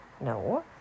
No